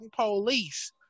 police